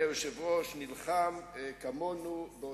במקומו, מה